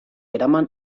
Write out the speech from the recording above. eraman